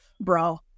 bro